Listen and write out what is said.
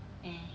eh